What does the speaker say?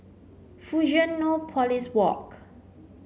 Fusionopolis Walk